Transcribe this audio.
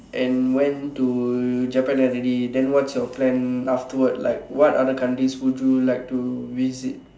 and went to Japan already then what's your plan afterward like what other countries would you like to visit